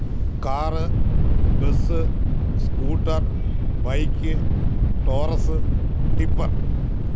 car bus scooter bike taurus tipper